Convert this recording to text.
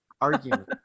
argument